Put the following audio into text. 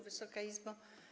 Wysoka Izbo!